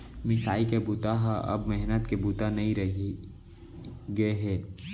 मिसाई के बूता ह अब मेहनत के बूता नइ रहि गे हे